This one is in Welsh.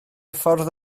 ffordd